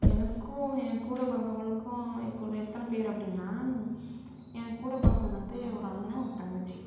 எனக்கும் என் கூடப் பிறந்தவங்களுக்கும் எத்தனைப் பேர் அப்படின்னா என் கூடப் பிறந்தது வந்து ஒரு அண்ணன் ஒரு தங்கச்சி